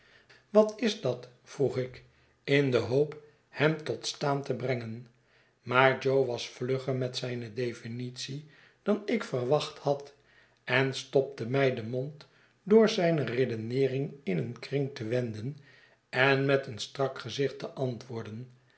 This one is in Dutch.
wat is dat vroeg ik in de hoop hem tot staan te brengen maar jo was vlugger met zijne defmitie dan ik verwacht had en stopte mij den mond door zijne redeneering in een kring te wenden en met een strak gezicht te antwoorden